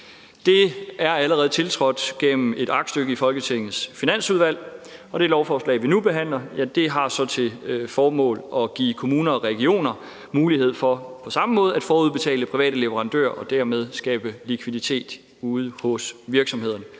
Det er allerede tiltrådt gennem et aktstykke i Folketingets Finansudvalg. Det lovforslag, vi nu behandler, har så til formål at give kommuner og regioner mulighed for på samme måde at forudbetale private leverandører og dermed skabe likviditet ude i virksomhederne.